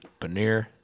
Paneer